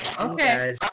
okay